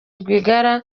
rwigara